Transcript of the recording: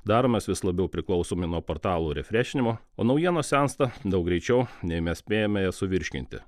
daromės vis labiau priklausomi nuo portalų refrešinimo o naujienos sensta daug greičiau nei mes spėjame jas suvirškinti